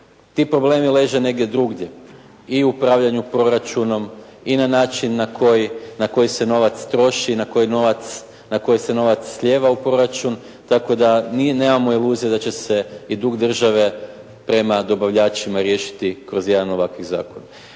Ti problemi leže negdje drugdje i u upravljanju proračunom i na način na koji se novac troši i na koje se novac slijeva u proračun tako da nemamo iluzija da će se i dug države prema dobavljačima riješiti kroz jedan od ovakvih zakona.